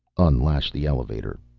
unlash the elevator.